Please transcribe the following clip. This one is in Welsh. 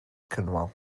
cynwal